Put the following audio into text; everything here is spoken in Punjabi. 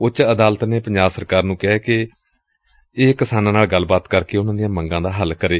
ਉੱਚ ਅਦਾਲਤ ਨੇ ਪੰਜਾਬ ਸਰਕਾਰ ਨੂੰ ਕਿਹੈ ਕਿ ਇਹ ਕਿਸਾਨਾਂ ਨਾਲ ਗੱਲਬਾਤ ਕਰਕੇ ਉਨਾਂ ਦੀਆਂ ਮੰਗਾਂ ਦਾ ਹੱਲ ਕਰੇ